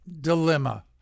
dilemma